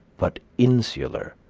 but insular.